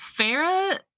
Farah